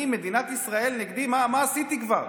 מדינת ישראל נגדי, מה עשיתי כבר?